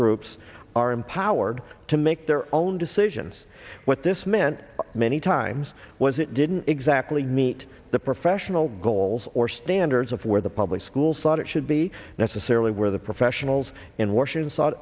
groups are empowered to make their own decisions what this meant many times was it didn't exactly meet the professional goals or standards of where the public schools thought it should be necessarily where the professionals in washington